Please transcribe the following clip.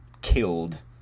killed